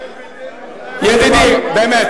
ידידי, באמת.